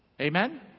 Amen